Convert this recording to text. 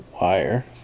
Wire